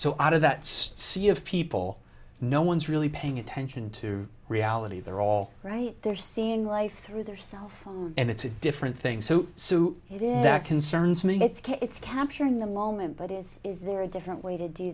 so out of that sea of people no one's really paying attention to reality they're all right they're seeing life through their cell phones and it's a different thing so that concerns me it's care it's capturing the moment but is is there a different way to do